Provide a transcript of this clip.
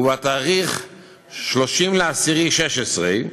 ובתאריך 30 באוקטובר 2016,